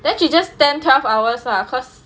then she just stand twelve hours lah cause